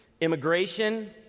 immigration